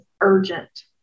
urgent